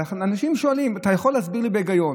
ואנשים שואלים: אתה יכול להסביר לי בהיגיון,